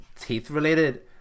teeth-related